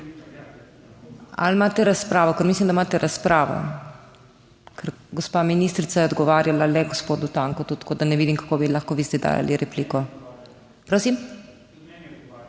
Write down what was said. ali imate razpravo? Ker mislim, da imate razpravo. Ker gospa ministrica je odgovarjala le gospodu Tanku, tako da ne vidim, kako bi lahko vi zdaj dali repliko? Prosim?